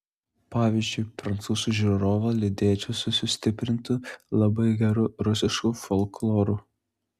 pavyzdžiui prancūzų žiūrovą lydėčiau su sustiprintu labai geru rusišku folkloru